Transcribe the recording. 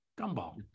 Gumball